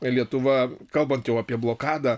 lietuva kalbant jau apie blokadą